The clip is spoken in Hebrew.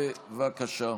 בבקשה.